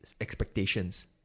expectations